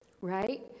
Right